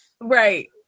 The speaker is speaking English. Right